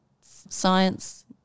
science